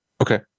Okay